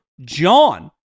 JOHN